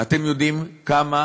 אתם יודעים כמה